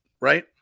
Right